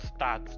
stats